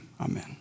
amen